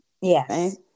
Yes